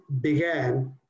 began